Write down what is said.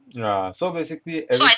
ya so basically apple